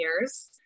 years